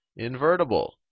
invertible